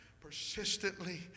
persistently